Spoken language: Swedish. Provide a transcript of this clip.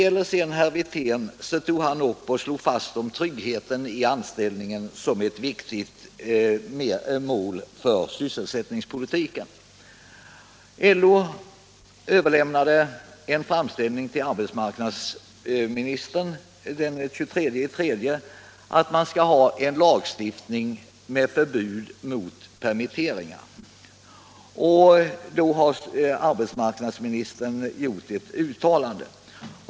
Herr Wirtén slog fast att tryggheten i anställningen är ett viktigt mål för sysselsättningspolitiken. LO överlämnade i går, den 23 mars, en framställning till arbetsmarknadsministern med begäran om lagstiftning med förbud mot permittering. Med anledning av den framställningen gjorde arbetsmarknadsministern ett uttalande.